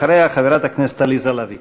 אחריה, חברת הכנסת עליזה לביא.